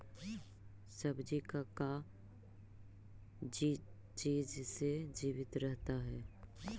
सब्जी का चीज से जीवित रहता है?